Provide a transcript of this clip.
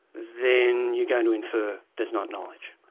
then you're going to infer there's not knowledge.